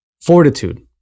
fortitude